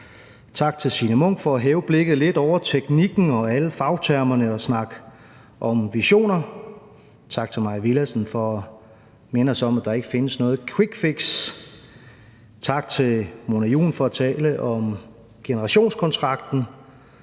Tak til Signe Munk for at hæve blikket lidt over teknikken og alle fagtermerne og snakke om visioner. Tak til Mai Villadsen for at minde os om, at der ikke findes noget quickfix. Tak til Mona Juul for at tale om generationskontrakten.